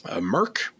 Merc